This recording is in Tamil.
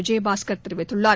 விஜயபாஸ்கர் தெரிவித்துள்ளார்